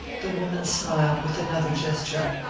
the woman smiled with another gesture.